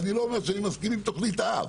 ואני לא אומר שאני מסכים עם תכנית אב,